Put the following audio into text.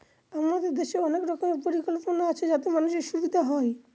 আমাদের দেশের অনেক রকমের পরিকল্পনা আছে যাতে মানুষের সুবিধা হয়